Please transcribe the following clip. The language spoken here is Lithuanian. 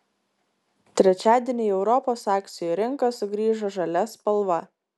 trečiadienį į europos akcijų rinką sugrįžo žalia spalva